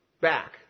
back